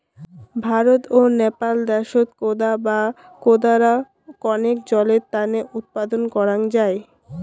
ভারত ও নেপাল দ্যাশত কোদা বা কোদরা কণেক জলের তানে উৎপাদন করাং যাই